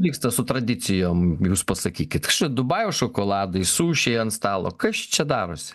vyksta su tradicijom jūs pasakykit iš dubajaus šokoladai sušiai ant stalo kas čia darosi